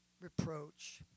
reproach